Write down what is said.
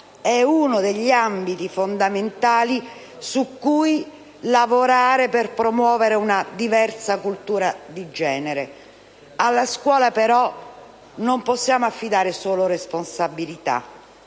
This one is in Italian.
uno degli ambiti fondamentali su cui lavorare per promuovere una diversa cultura di genere. Alla scuola però non possiamo affidare solo responsabilità,